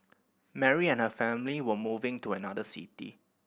Mary and her family were moving to another city